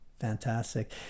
Fantastic